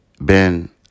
Ben